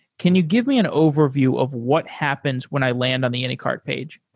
can you give me an overview of what happens when i land on the anycart page?